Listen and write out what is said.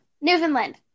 Newfoundland